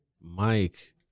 mike